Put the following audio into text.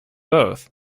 both